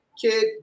kid